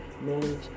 manage